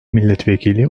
milletvekili